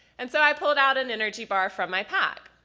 and so i pulled out an energy bar from my pack,